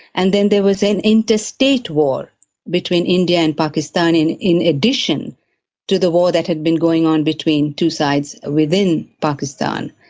and then there was an interstate war between india and pakistan in in addition to the war that had been going on between two sides within pakistan.